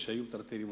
כשהיו מטרטרים אותי: